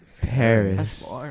Paris